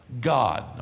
God